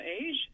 age